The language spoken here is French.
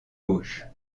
gauche